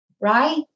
right